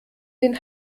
den